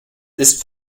ist